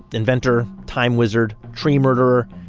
inventor, time wizard, tree murderer,